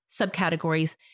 subcategories